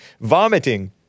Vomiting